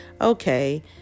okay